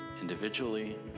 individually